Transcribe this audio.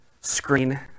screen